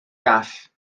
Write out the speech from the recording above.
gall